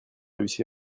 réussir